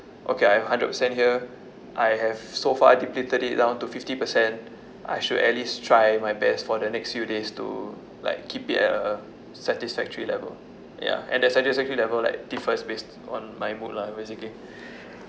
okay I have hundred percent here I have so far depleted it down to fifty percent I should at least try my best for the next few days to like keep it at a satisfactory level ya and the satisfactory level like differs based on my mood lah basically